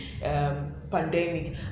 pandemic